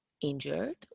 injured